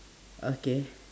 okay